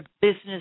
business